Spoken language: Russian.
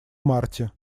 марте